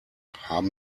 haben